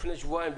לפני שבועיים,